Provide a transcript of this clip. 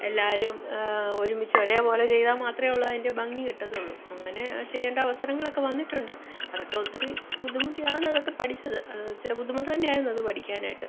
എല്ലാവരും ഒരുമിച്ചൊരേ പോലെ ചെയ്താല് മാത്രേ ഉള്ളതിൻ്റെ ഭംഗി കിട്ടത്തുള്ളൂ അങ്ങനെ ചെയ്യണ്ട അവസരങ്ങളൊക്കെ വന്നിട്ടുണ്ട് അതൊക്കെ ഒത്തിരി ബുദ്ധിമുട്ടിയാണതൊക്കെ പഠിച്ചത് അത് ഇച്ചിര ബുദ്ധിമുട്ട് തന്നായിരുന്നത് പഠിക്കാനായിട്ട്